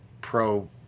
pro